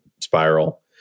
spiral